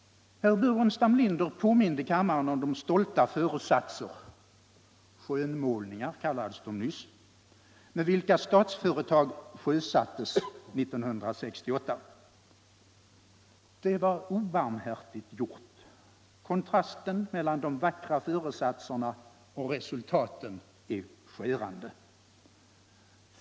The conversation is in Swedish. Herr Burenstam Linder påminde kammaren om de stolta föresatser — skönmålningar kallades de nyss - med vilka Statsföretag sjösattes 1968. Det var obarmhärtigt gjort. Kontrasten mellan de vackra föresatserna och resultaten blev skärande.